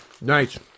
Nice